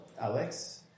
Alex